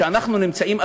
אנחנו נמצאים,